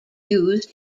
used